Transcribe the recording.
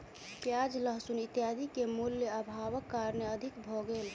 प्याज लहसुन इत्यादि के मूल्य, अभावक कारणेँ अधिक भ गेल